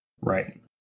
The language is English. Right